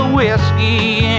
whiskey